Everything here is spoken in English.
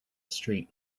street